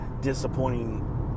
disappointing